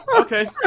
Okay